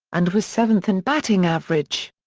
and was seventh in batting average.